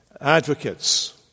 advocates